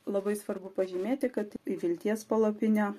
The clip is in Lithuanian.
labai svarbu pažymėti kad į vilties palapinę